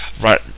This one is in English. right